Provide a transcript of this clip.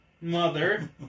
mother